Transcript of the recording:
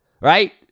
Right